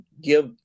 give